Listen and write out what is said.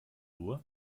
uhr